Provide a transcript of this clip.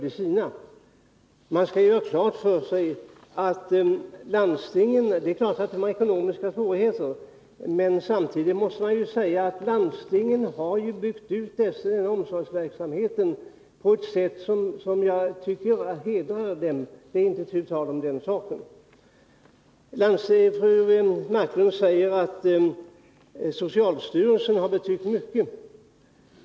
Fru Marklund skall göra klart för sig att landstingen har ekonomiska svårigheter men att de trots detta har byggt ut omsorgsverksamheten på ett sätt som jag tycker hedrar dem. Det är inte tu tal om den saken. Fru Marklund säger att socialstyrelsen har betytt mycket.